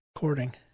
recording